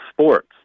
sports